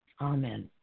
Amen